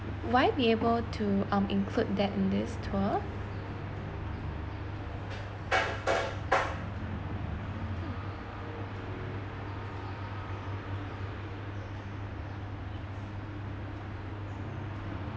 will I be able to um include that in this tour